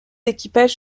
équipages